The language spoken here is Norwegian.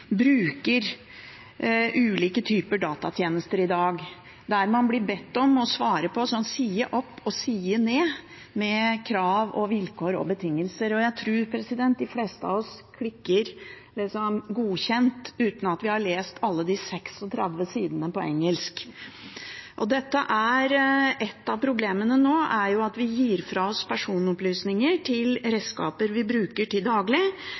bruker ulike typer datatjenester i dag, der man blir bedt om å svare på side opp og side ned med krav og vilkår og betingelser. Jeg tror de fleste av oss klikker på «godkjent» uten å ha lest alle de 36 sidene på engelsk. Et av problemene nå er at vi gir fra oss personopplysninger til redskaper vi bruker til daglig,